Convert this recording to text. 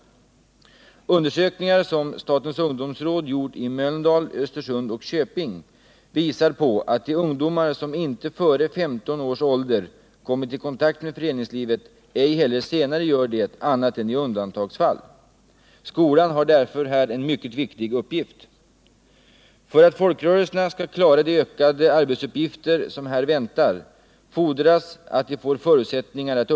Undersökningar som statens ungdomsråd gjort i Mölndal, Östersund och Köping visar att de ungdomar som inte före 15 års ålder kommit i kontakt med föreningslivet ej heller senare gör det annat än i undantagsfall. Skolan har därför här en mycket viktig uppgift. För att folkrörelserna skall kunna klara de ökade arbetsuppgifter som här väntar, fordras att det skapas förutsättningar härför.